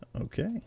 Okay